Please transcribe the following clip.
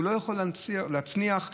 הוא לא יכול להצניח נהג.